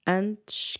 antes